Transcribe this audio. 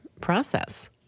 process